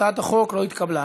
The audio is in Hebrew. הצעת החוק לא התקבלה.